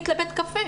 לדייט בבית קפה?